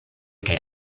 kaj